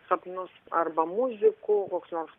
sapnus arba muzikų koks nors